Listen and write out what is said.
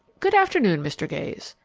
good-afternoon, mr. gayes!